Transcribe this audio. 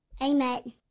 amen